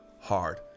hard